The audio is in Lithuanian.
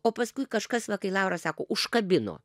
o paskui kažkas va kai lauras sako užkabino